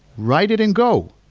write it in go.